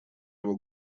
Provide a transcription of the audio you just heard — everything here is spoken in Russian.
его